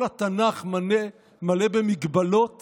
כל התנ"ך מלא במגבלות